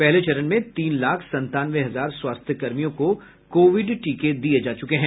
पहले चरण में तीन लाख संतानवे हजार स्वास्थ्य कर्मियों को कोविड टीके दिये जा चुके हैं